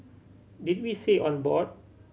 did we say on board